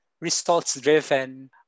results-driven